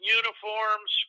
uniforms